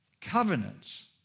covenants